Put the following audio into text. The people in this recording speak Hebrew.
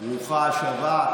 ברוכה השבה.